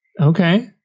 Okay